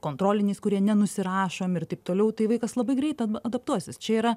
kontroliniais kurie nenusirašo ir taip toliau tai vaikas labai greit adaptuosis čia yra